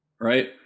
Right